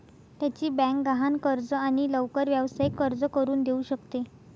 त्याची बँक गहाण कर्ज आणि लवकर व्यावसायिक कर्ज करून देऊ शकते